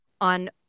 on